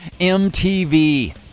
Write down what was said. MTV